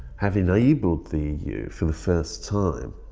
have enabled the eu for the first time.